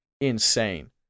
insane